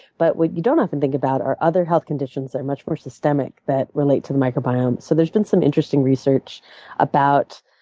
but what you don't often think about are other health conditions that are much more systemic that relate to the microbiome. so there's been some interesting research about,